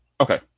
Okay